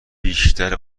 بیشتر